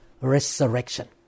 resurrection